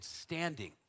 standing